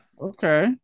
okay